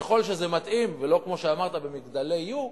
ככל שזה מתאים, ולא כמו שאמרת, במגדלי YOO,